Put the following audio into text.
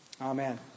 Amen